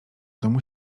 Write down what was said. domu